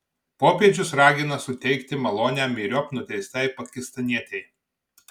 popiežius ragina suteikti malonę myriop nuteistai pakistanietei